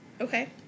Okay